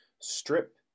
strip